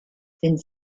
sind